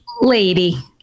Lady